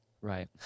Right